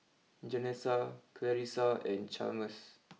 Janessa Clarisa and Chalmers